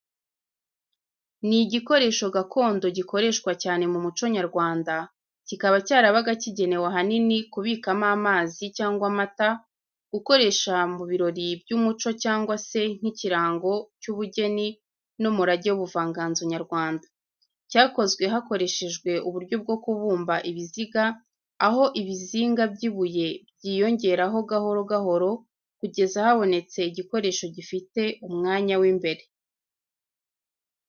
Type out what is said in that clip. Ni igikoresho gakondo gikoreshwa cyane mu muco nyarwanda, kikaba cyarabaga kigenewe ahanini, kubikamo amazi cyangwa amata, gukoresha mu birori by’umuco cyangwa se nk’ikirango cy’ubugeni n’umurage w’ubuvanganzo nyarwanda. Cyakozwe hakoreshejwe uburyo bwo kubumba ibiziga, aho ibizinga by’ibuye byiyongeraho gahoro gahoro kugeza habonetse igikoresho gifite umwanya w’imbere.